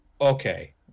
okay